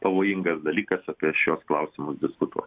pavojingas dalykas apie šiuos klausimus diskutuoti